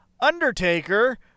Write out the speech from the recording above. Undertaker